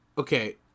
Okay